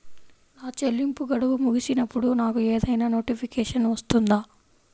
నా చెల్లింపు గడువు ముగిసినప్పుడు నాకు ఏదైనా నోటిఫికేషన్ వస్తుందా?